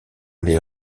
les